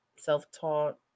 self-taught